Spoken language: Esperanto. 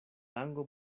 lango